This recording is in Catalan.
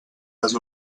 les